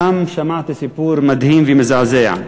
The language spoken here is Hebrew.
שם שמעתי סיפור מדהים ומזעזע,